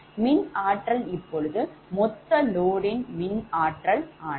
மின் ஆற்றல் இப்பொழுது மொத்த load யின் மின் ஆற்றல் ஆனது